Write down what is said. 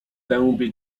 dębie